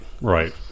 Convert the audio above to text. right